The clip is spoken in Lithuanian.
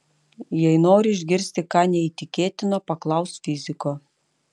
jei nori išgirsti ką neįtikėtino paklausk fiziko